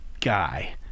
guy